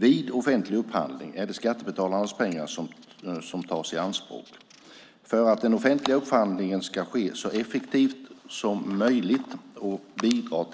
Vid offentlig upphandling är det skattebetalarnas pengar som tas i anspråk. För att den offentliga upphandlingen ska ske så effektivt som möjligt och bidra